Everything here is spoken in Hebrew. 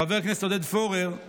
חבר הכנסת עודד פורר,